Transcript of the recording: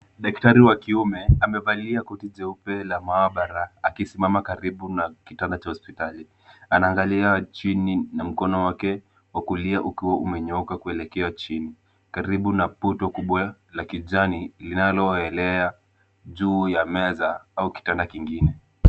Daktari wa kiume amevalia koti jeupe la maabara akisimama karibu na kitanda cha hospitali. Anaangalia chini na mkono wake wa kulia ukiwa umenyooka kuelekea chini karibu na puto kubwa la kijani linalo eneo juu ya meza au kitanda kingine.